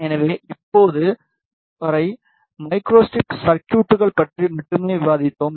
எனவே இப்போது வரை மைக்ரோஸ்ட்ரிப் சர்குய்ட்கள் பற்றி மட்டுமே விவாதித்தோம்